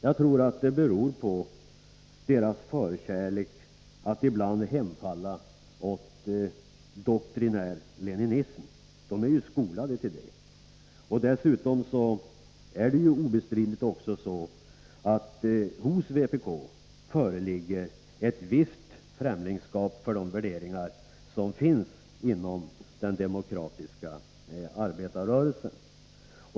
Jag tror att det beror på deras vana att hemfalla åt doktrinär leninism. De är ju skolade till det. Dessutom föreligger obestridligen hos vpk ett visst främlingskap för de värderingar som finns inom den demokratiska arbetarrörelsen.